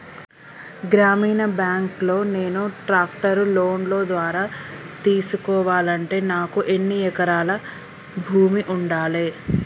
గ్రామీణ బ్యాంక్ లో నేను ట్రాక్టర్ను లోన్ ద్వారా తీసుకోవాలంటే నాకు ఎన్ని ఎకరాల భూమి ఉండాలే?